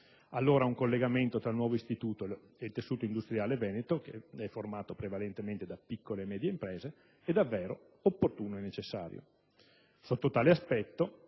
Allora, un collegamento tra il nuovo istituto e il tessuto industriale veneto, che è formato prevalentemente da piccole e medie imprese, è davvero opportuno e necessario. Sotto tale aspetto,